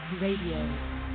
Radio